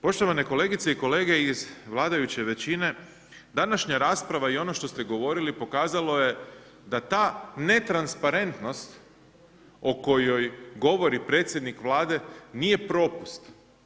Poštovane kolegice i kolege iz vladajuće većine, današnja rasprava i ono što ste govorili pokazalo je da ta netransparentnost o kojoj govori predsjednik Vlade nije propust.